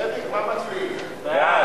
סעיפים 1 27